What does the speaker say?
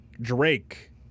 Drake